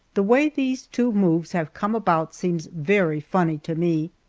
the way these two moves have come about seems very funny to me.